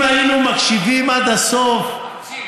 אם היינו מקשיבים עד הסוף, מקשיב.